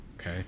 Okay